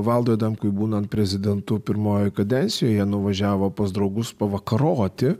valdui adamkui būnant prezidentu pirmojoj kadencijoje nuvažiavo pas draugus pavakaroti